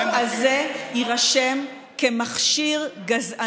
62 חברי